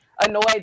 annoyed